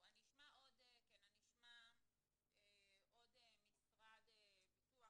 אני אשמע עוד משרד ביטוח.